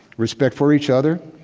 respect for each other.